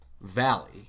valley